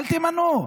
אל תמנו.